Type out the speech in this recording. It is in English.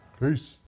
Peace